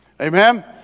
amen